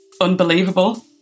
unbelievable